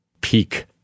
peak